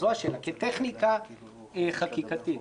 כטכניקה חקיקתית,